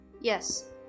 Yes